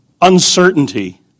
uncertainty